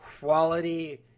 quality